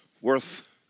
worth